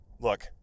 look